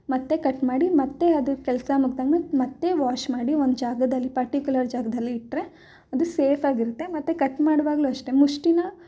ಮತ್ತೆ ಕಟ್ ಮಾಡಿ ಮತ್ತೆ ಅದು ಕೆಲಸ ಮುಗ್ದಾದ್ಮೇಲೆ ಮತ್ತೆ ವಾಶ್ ಮಾಡಿ ಒಂದು ಜಾಗದಲ್ಲಿ ಪರ್ಟಿಕ್ಯುಲರ್ ಜಾಗದಲ್ಲಿ ಇಟ್ಟರೆ ಅದು ಸೇಫ್ ಆಗಿರುತ್ತೆ ಮತ್ತೆ ಕಟ್ ಮಾಡುವಾಗಲೂ ಅಷ್ಟೇ ಮುಷ್ಠಿನಾ